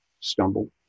stumble